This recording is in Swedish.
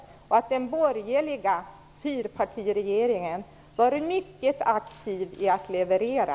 Den borgerliga fyrpartiregeringen var mycket aktiv när det gällde att leverera.